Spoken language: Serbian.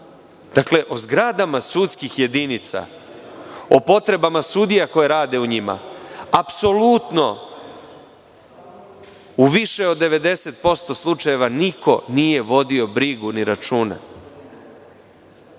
Vrbasu. Dakle, o zgradama sudskih jedinica, o potrebama sudija koje rade u njima, apsolutno u više od 90% slučajeva niko nije vodio brigu ni računa.